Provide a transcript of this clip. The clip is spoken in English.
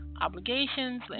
obligations